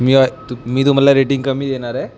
मी मी तुम्हाला रेटिंग कमी देणार आहे